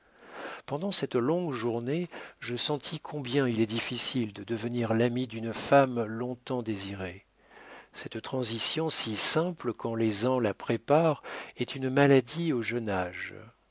pendant cette longue journée je sentis combien il est difficile de devenir l'ami d'une femme longtemps désirée cette transition si simple quand les ans la préparent est une maladie au jeune âge